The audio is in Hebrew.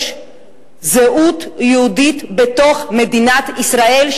יש זהות יהודית בתוך מדינת ישראל,